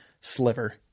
sliver